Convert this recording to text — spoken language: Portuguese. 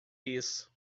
isso